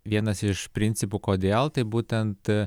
vienas iš principų kodėl taip būtent